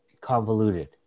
convoluted